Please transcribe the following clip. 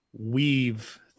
weave